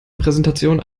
präsentationen